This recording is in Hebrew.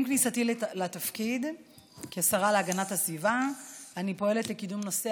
עם כניסתי לתפקיד כשרה להגנת הסביבה אני פועלת לקידום נושא